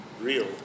real